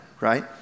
right